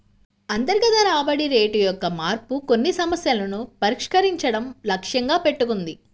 అంతర్గత రాబడి రేటు యొక్క మార్పు కొన్ని సమస్యలను పరిష్కరించడం లక్ష్యంగా పెట్టుకుంది